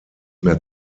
mehr